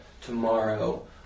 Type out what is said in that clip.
tomorrow